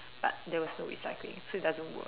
but there was no recycling so it doesn't work